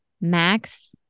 Max